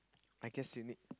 I guess you need